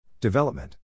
Development